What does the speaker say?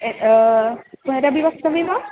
पुनरपि वक्तुव्यं वा